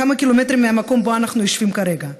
כמה קילומטרים מהמקום שבו אנחנו יושבים כרגע.